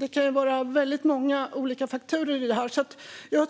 Det kan vara många olika faktorer i detta.